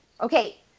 okay